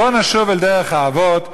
בואו ונשוב אל דרך האבות,